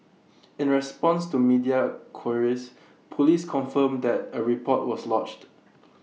in response to media queries Police confirmed that A report was lodged